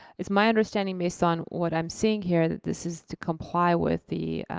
it's my understanding based on what i'm seeing here that this is to comply with the